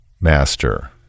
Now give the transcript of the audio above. master